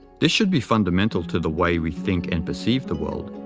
this should be fundamental to the way we think and perceive the world.